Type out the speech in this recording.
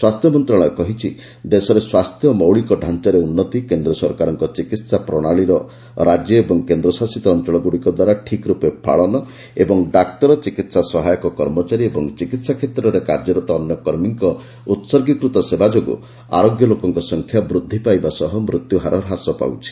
ସ୍ୱାସ୍ଥ୍ୟ ମନ୍ତ୍ରଣାଳୟ କହିଛି ଦେଶରେ ସ୍ୱାସ୍ଥ୍ୟ ମୌଳିକ ଡ଼ାଆରେ ଉନ୍ନତି କେନ୍ଦ୍ର ସରକାରଙ୍କ ଚିକିତ୍ସା ପ୍ରଣାଳୀର ରାଜ୍ୟ ଓ କେନ୍ଦ୍ରଶାସିତ ଅଞ୍ଚଳଗୁଡ଼ିକ ଦ୍ୱାରା ଠିକ୍ ରୂପେ ପାଳନ ଏବଂ ଡାକ୍ତର ଚିକିତ୍ସା ସହାୟକ କର୍ମଚାରୀ ଓ ଚିକିହା କ୍ଷେତ୍ରରେ କାର୍ଯ୍ୟରତ ଅନ୍ୟ କର୍ମୀମାନଙ୍କ ଉତ୍ଗୀକୃତ ସେବା ଯୋଗୁଁ ଆରୋଗ୍ୟ ଲୋକଙ୍କ ସଂଖ୍ୟା ବୃଦ୍ଧି ପାଇବା ସହ ମୃତ୍ୟୁହାର ହ୍ରାସ ପାଉଛି